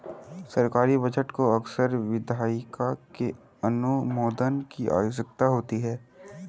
सरकारी बजट को अक्सर विधायिका के अनुमोदन की आवश्यकता होती है